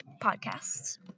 podcasts